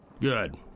Good